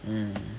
mm